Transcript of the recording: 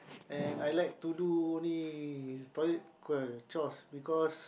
and I like to do only toilet uh chores because